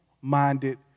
minded